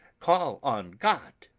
call on god.